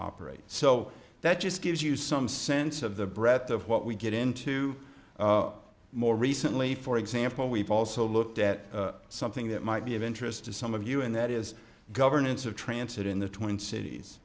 operate so that just gives you some sense of the breadth of what we get into more recently for example we've also looked at something that might be of interest to some of you and that is governance of transferred in the twin cities